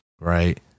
right